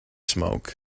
smoke